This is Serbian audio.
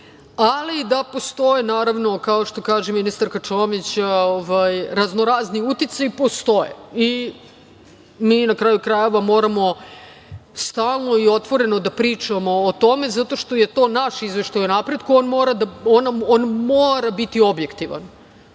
da postoje kao što kaže ministarka Čomić, raznorazni uticaji, postoje, i mi na kraju krajeva moramo stalno i otvoreno da pričamo o tome zato što je to naš Izveštaj o napretku, on mora biti objektivan,